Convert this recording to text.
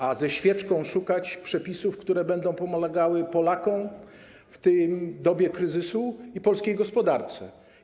A ze świeczką szukać przepisów, które będą pomagały Polakom w dobie kryzysu polskiej gospodarki.